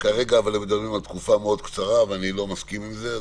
כרגע הם מדברים על תקופה קצרה מאוד ואני לא מסכים לזה.